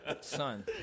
Son